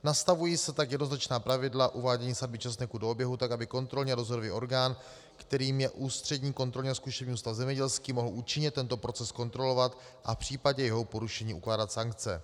Nastavují se tak jednoznačná pravidla uvádění sadby česneku do oběhu tak, aby kontrolní a dozorový orgán, kterým je Ústřední kontrolní a zkušební ústav zemědělský, mohl účinně tento proces kontrolovat a v případě jeho porušení ukládat sankce.